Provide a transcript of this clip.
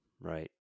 Right